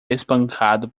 espancado